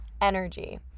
energy